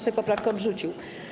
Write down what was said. Sejm poprawkę odrzucił.